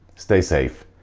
stay safe,